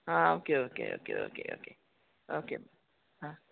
आं okay okay okay okay okay okay हां